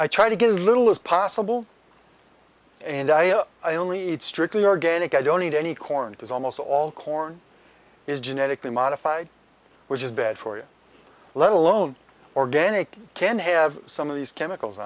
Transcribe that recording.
i try to get as little as possible and i only eat strictly organic i don't eat any corn because almost all corn is genetically modified which is bad for you let alone organic can have some of these chemicals